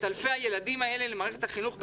אלפי הילדים האלה למערכת החינוך בישראל?